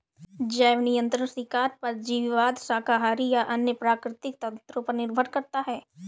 जैव नियंत्रण शिकार परजीवीवाद शाकाहारी या अन्य प्राकृतिक तंत्रों पर निर्भर करता है